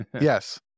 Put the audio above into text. Yes